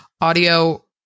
Audio